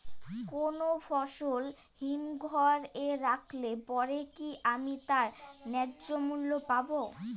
কোনো ফসল হিমঘর এ রাখলে পরে কি আমি তার ন্যায্য মূল্য পাব?